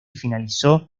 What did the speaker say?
finalizó